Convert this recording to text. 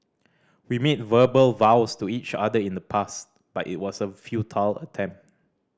we made verbal vows to each other in the past but it was a futile attempt